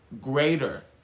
greater